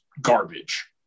garbage